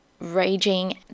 raging